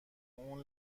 اون